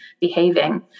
behaving